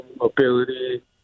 mobility